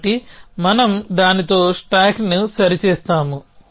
కాబట్టి మనం దానితో స్టాక్ను సరిచేస్తాము